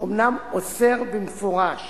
אומנם אוסר במפורש